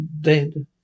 dead